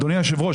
אדוני היושב-ראש,